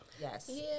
Yes